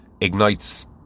ignites